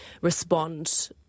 respond